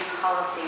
policy